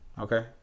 Okay